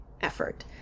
effort